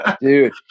Dude